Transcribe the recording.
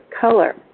color